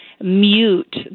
mute